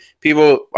people